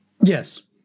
Yes